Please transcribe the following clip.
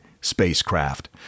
spacecraft